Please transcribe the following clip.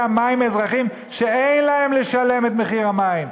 המים מאזרחים שאין להם לשלם את מחיר המים?